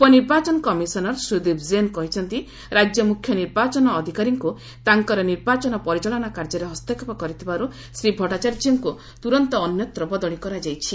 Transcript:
ଉପନିର୍ବାଚନ କମିଶନର ସୁଦୀପ ଜୈନ କହିଛନ୍ତି ରାଜ୍ୟ ମୁଖ୍ୟ ନିର୍ବାଚନ ଅଧିକାରୀଙ୍କୁ ତାଙ୍କର ନିର୍ବାଚନ ପରିଚାଳନା କାର୍ଯ୍ୟରେ ହସ୍ତକ୍ଷେପ କରିଥିବାରୁ ଶ୍ରୀ ଭଟ୍ଟାଚାର୍ଯ୍ୟଙ୍କୁ ତୁରନ୍ତ ଅନ୍ୟତ୍ର ବଦଳି କରାଯାଇଛି